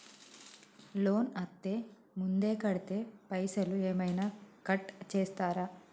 Loan అత్తే ముందే కడితే పైసలు ఏమైనా కట్ చేస్తరా?